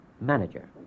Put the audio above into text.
manager